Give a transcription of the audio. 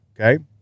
okay